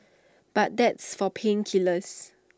but that's for pain killers